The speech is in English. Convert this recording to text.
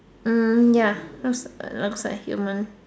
hmm ya looks looks like human